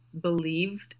believed